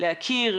להכיר,